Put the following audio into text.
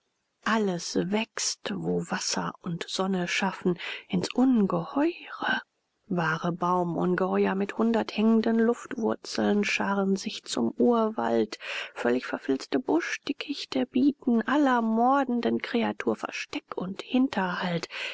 alles wächst wo wasser und sonne schaffen ins ungeheure wahre baumungeheuer mit hundert hängenden luftwurzeln scharen sich zum urwald völlig verfilzte buschdickichte bieten aller mordenden kreatur versteck und hinterhalt